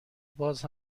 باز